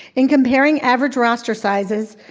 in comparing average roster sizes,